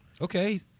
Okay